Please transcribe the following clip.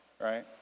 right